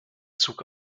zug